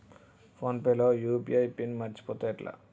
Phone pay లో UPI PIN మరచిపోతే ఎట్లా?